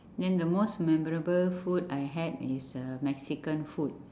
then the most memorable food I had is uh mexican food